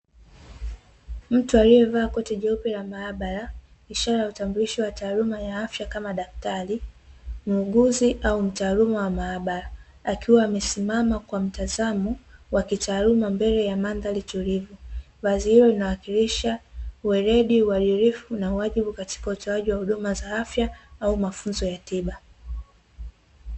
Mtu aliyevaa koti jeupe la maabara, ishara ya utambulisho wa taaluma ya afya kama daktari, muuguzi au mtaaluma wa maabara, akiwa amesimama kwa mtazamo wa kitaaluma mbele ya mandhari tulivu. Vazi hilo linawakilisha uweredi, uadilifu na wajibu katika utoaji huduma za afya au mafunzo ya tiba.